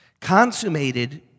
consummated